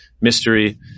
mystery